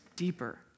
deeper